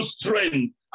strength